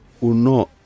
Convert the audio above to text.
Uno